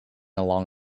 along